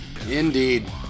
Indeed